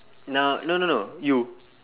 now no no no you